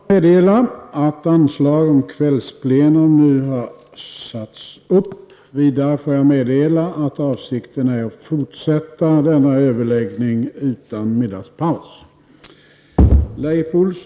Jag får meddela att anslag nu har satts upp om att detta sammanträde skall fortsätta efter kl. 19.00. Vidare får jag meddela att avsikten är att fortsätta denna överläggning utan middagspaus.